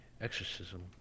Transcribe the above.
exorcism